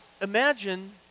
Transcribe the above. imagine